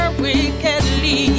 wickedly